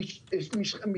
סליחה,